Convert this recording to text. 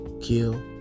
Kill